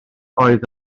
oedd